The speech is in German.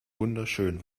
wunderschön